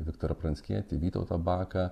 viktorą pranckietį vytautą baką